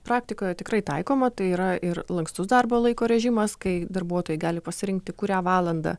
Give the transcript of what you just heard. praktikoje tikrai taikoma tai yra ir lankstus darbo laiko režimas kai darbuotojai gali pasirinkti kurią valandą